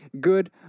good